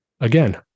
Again